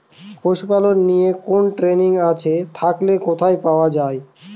পশুপালন নিয়ে কোন ট্রেনিং আছে থাকলে কোথায় পাওয়া য়ায়?